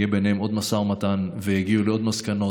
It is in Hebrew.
אם יהיה ביניהם עוד משא ומתן ויגיעו לעוד מסקנות,